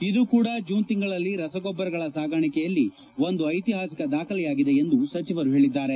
ಇದು ಕೂಡ ಜೂನ್ ತಿಂಗಳಲ್ಲಿ ರಸಗೊಬ್ಬರಗಳ ಸಾಗಾಣಿಕೆಯಲ್ಲಿ ಒಂದು ಐತಿಹಾಸಿಕ ದಾಖಲೆಯಾಗಿದೆ ಎಂದು ಸಚಿವರು ಹೇಳಿದ್ದಾರೆ